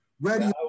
ready